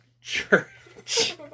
church